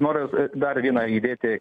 noriu dar vieną įdėti